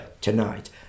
tonight